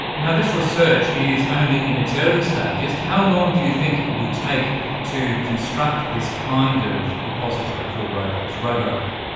now, this research is only in its early stages. how long do you think it will take to construct this kind of repository for robots, robohow?